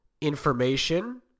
information